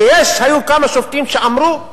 היו כמה שופטים שאמרו,